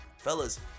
Fellas